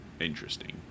interesting